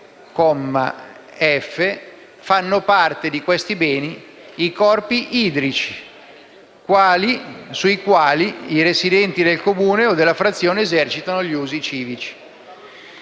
fanno parte di essi i corpi idrici, sui quali i residenti del Comune o della frazione esercitano gli usi civici.